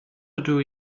ydw